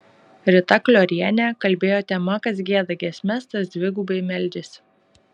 rita kliorienė kalbėjo tema kas gieda giesmes tas dvigubai meldžiasi